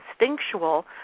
instinctual